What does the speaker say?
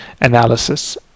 analysis